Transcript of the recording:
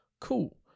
cool